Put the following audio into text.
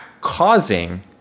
causing